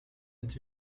het